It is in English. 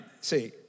See